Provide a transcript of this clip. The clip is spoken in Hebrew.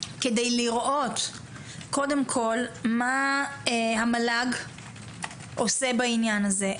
כדי לראות קודם כל מה המל"ג עושה בעניין הזה,